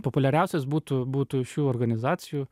populiariausias būtų būtų šių organizacijų